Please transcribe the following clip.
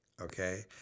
Okay